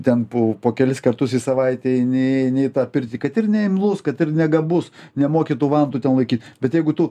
ten po po kelis kartus į savaitę eini eini į tą pirtį kad ir neimlus kad ir negabus nemoki tų vantų ten laikyt bet jeigu tu